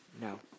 No